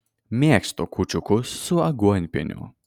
mėgstu kūčiukus su aguonpieniu